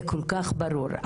זה כל כך ברור,